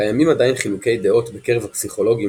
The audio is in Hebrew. קיימים עדיין חילוקי דעות בקרב הפסיכולוגים